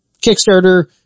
Kickstarter